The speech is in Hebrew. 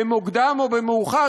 במוקדם או במאוחר,